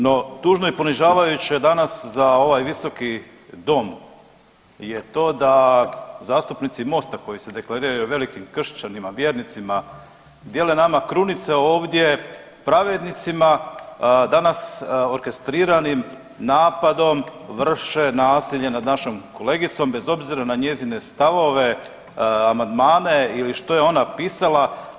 No tužno i ponižavajuće danas za ovaj visoki dom je to da zastupnici Mosta koji se deklariraju velikim kršćanima, vjernicima dijele nama krunice ovdje pravednicima danas orkestriranim napadom vrši nasilje nad našom kolegicom bez obzira na njezine stavove, amandmane ili što je ona pisala.